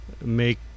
make